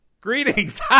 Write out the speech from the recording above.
Greetings